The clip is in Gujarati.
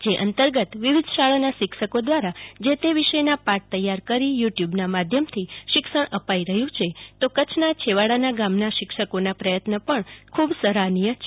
જે અંતર્ગત વિવિધ શાળાના શિક્ષકો દ્વારા જે તે વિષયના પાઠ તૈયાર કરી યુટ્યુબના માધ્યમથી શિક્ષણ અપાઈ રહ્યું છે તો કચ્છના છેવાડાના ગામડાના શિક્ષકોના પ્રયત્નો પણ ખુબ સરાહનીય છે